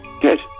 Good